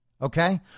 okay